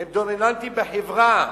הם דומיננטיים בחברה,